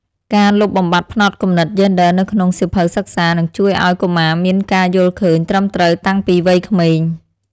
ការលុបបំបាត់ផ្នត់គំនិតយេនឌ័រនៅក្នុងសៀវភៅសិក្សានឹងជួយឱ្យកុមារមានការយល់ឃើញត្រឹមត្រូវតាំងពីវ័យក្មេង។